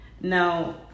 Now